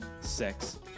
sex